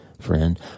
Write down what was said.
friend